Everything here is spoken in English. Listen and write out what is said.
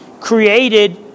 created